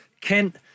Kent